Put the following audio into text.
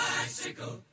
Bicycle